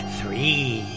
three